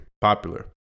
popular